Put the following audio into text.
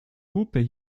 lupe